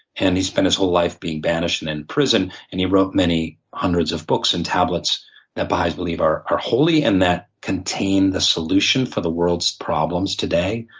and he spent his whole life being banished and in prison, and he wrote many hundreds of books and tablets that baha'is believe are are holly and that contain the solution for the world's problems today.